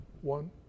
one